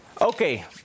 Okay